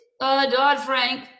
Dodd-Frank